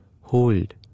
Hold